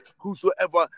whosoever